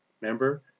Remember